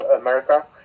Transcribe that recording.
America